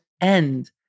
end